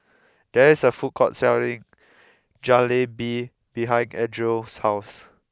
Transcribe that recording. there is a food court selling Jalebi behind Edrie's house